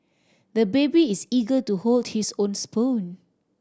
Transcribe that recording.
the baby is eager to hold his own spoon